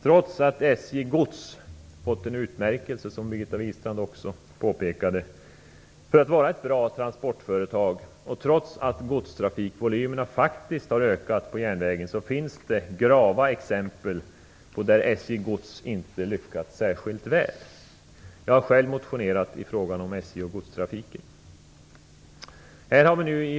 Trots att SJ Gods fått utmärkelse som ett bra transportföretag och trots att godstrafikvolymerna ökat på järnvägen, finns det grava exempel på där SJ Gods inte lyckats särskilt väl. Jag har själv motionerat i frågan om SJ och godstrafiken.